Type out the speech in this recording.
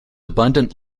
abundant